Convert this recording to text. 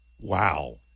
Wow